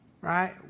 right